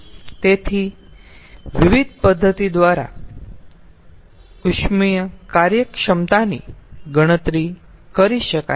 તેથી વિવિધ પદ્ધતિ દ્વારા ઉષ્મીય કાર્યક્ષમતાની ગણતરી કરી શકાય છે